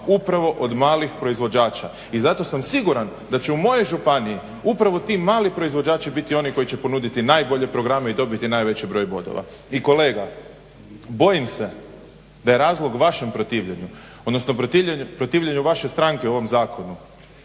upravo od malih proizvođača i zato sam siguran da će u mojoj županiji upravo ti mali proizvođači biti oni koji će ponuditi najbolje programe i dobiti najveći broj bodova. I kolega bojim se da je razlog vašem protivljenju, odnosno protivljenju vaše stranke ovom zakonu